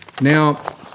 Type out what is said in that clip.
Now